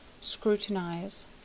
scrutinize